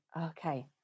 okay